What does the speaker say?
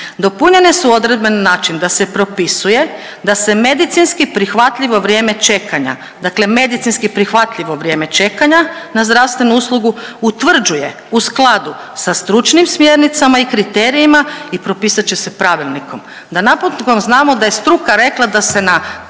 dopunjene su odredbe na način da se propisuje da se medicinski prihvatljivo vrijeme čekanja, dakle medicinski prihvatljivo vrijeme čekanja na zdravstvenu uslugu utvrđuje u skladu sa stručnim smjernicama i kriterijima i propisat će se pravilnikom, da napokon znamo da je struka rekla da se na